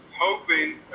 hoping